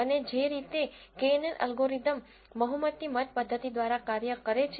અને જે રીતે knn અલ્ગોરિધમ બહુમતી મત પદ્ધતિ દ્વારા કાર્ય કરે છે